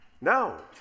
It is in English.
No